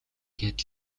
гээд